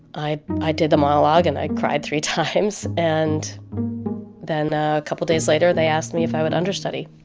i i did the monologue, and i cried three times. and then a couple days later, they asked me if i would understudy.